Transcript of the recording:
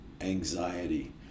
anxiety